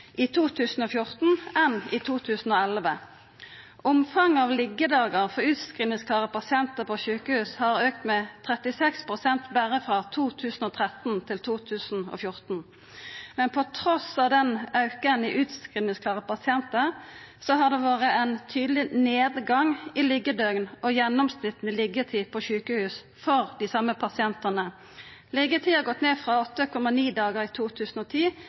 i 2014 som i 2011. Omfanget av liggjedagar for utskrivingsklare pasientar på sjukehus har auka med 36 pst. berre frå 2013 til 2014. Trass i auken i utskrivingsklare pasientar har det vore ein tydeleg nedgang i liggjedøgn og gjennomsnittleg liggjetid på sjukehus for dei same pasientane. Liggjetida har gått ned frå 8,9 dagar i 2010